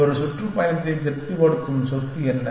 ஒரு சுற்றுப்பயணத்தை திருப்திப்படுத்தும் சொத்து என்ன